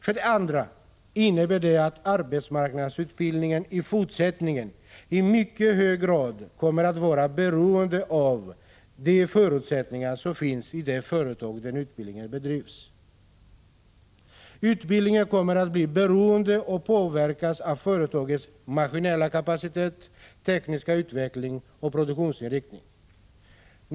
För det andra innebär det att arbetsmarknadsutbildningen i fortsättningen i mycket hög grad kommer att vara beroende av de förutsättningar som finns i de företag där utbildningen bedrivs. Utbildningen kommer att bli beroende och påverkas av företagens maskinella kapacitet, tekniska utveckling och produktionsinriktning.